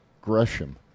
Gresham